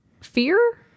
Fear